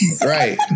right